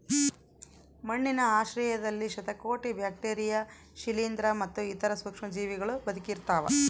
ಮಣ್ಣಿನ ಆಶ್ರಯದಲ್ಲಿ ಶತಕೋಟಿ ಬ್ಯಾಕ್ಟೀರಿಯಾ ಶಿಲೀಂಧ್ರ ಮತ್ತು ಇತರ ಸೂಕ್ಷ್ಮಜೀವಿಗಳೂ ಬದುಕಿರ್ತವ